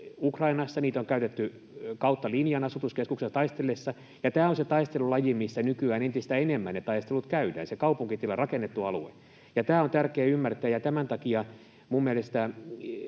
Ukrainassa, niitä on käytetty kautta linjan asutuskeskuksissa taisteltaessa, ja tämä on se taistelulaji, missä nykyään entistä enemmän ne taistelut käydään: kaupunkitila, rakennettu alue. Tämä on tärkeää ymmärtää, ja tämän takia minun mielestäni